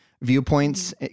viewpoints